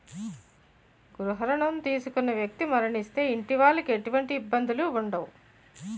గృహ రుణం తీసుకున్న వ్యక్తి మరణిస్తే ఇంటి వాళ్లకి ఎటువంటి ఇబ్బందులు ఉండవు